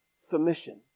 submission